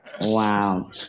Wow